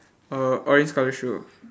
err orange colour shoe